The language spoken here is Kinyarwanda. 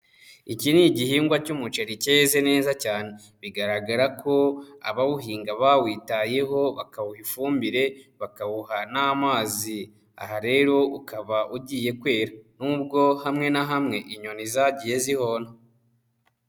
Iki ni igihingwa cy'umuceri cyeze neza cyane bigaragara ko abawuhinga bawitayeho bakawuha ifumbire, bakawuha n'amazi, aha rero ukaba ugiye kwera n'ubwo hamwe na hamwe inyoni zagiye zihona.